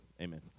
amen